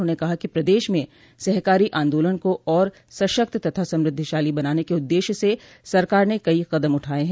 उन्होंने कहा कि प्रदेश में सहकारी आन्दोलन को और सशक्त तथा समृद्धिशाली बनाने के उददेश्य से सरकार ने कई कदम उठाये हैं